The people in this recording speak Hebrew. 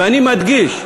ואני מדגיש,